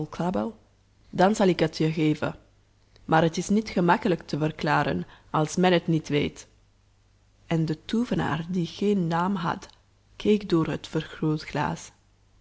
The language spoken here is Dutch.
dan zal ik het je geven maar het is niet gemakkelijk te verklaren als men het niet weet en de toovenaar die geen naam had keek door het